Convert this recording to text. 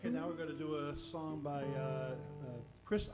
you know we're going to do a song by chris